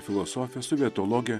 filosofė sovietologė